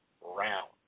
round